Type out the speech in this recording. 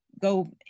go